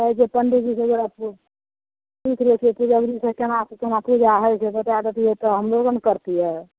पंडीजी जरा पूछि लै छियै पूजा घरी से केना से केना पूजा होइ छै बताए देतिऐ तऽ हम एबे ने करतिऐ